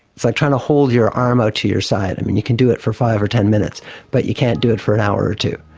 it's like trying to hold your arm out to your side, and and you can do it for five or ten minutes but you can't do it for an hour or two,